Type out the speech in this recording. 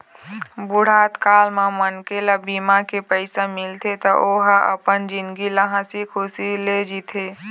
बुढ़त काल म मनखे ल बीमा के पइसा मिलथे त ओ ह अपन जिनगी ल हंसी खुसी ले जीथे